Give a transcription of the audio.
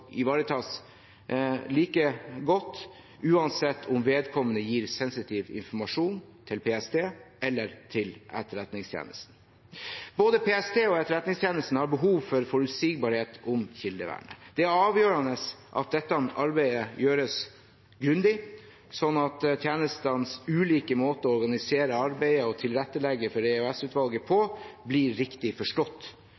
ivaretas like godt uansett om vedkommende gir sensitiv informasjon til PST eller til Etterretningstjenesten. Både PST og Etterretningstjenesten har behov for forutsigbarhet om kildevern. Det er avgjørende at dette arbeidet gjøres grundig, slik at tjenestenes ulike måter å organisere arbeidet og tilrettelegge for